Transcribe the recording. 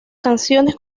canciones